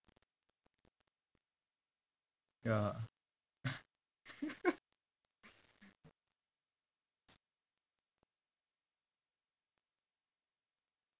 yeah